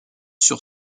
sur